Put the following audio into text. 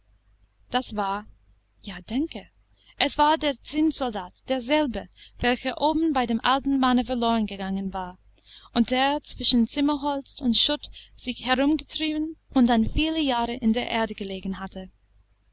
das war ja denke es war der zinnsoldat derselbe welcher oben bei dem alten manne verloren gegangen war und der zwischen zimmerholz und schutt sich herumgetrieben und dann viele jahre in der erde gelegen hatte